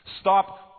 Stop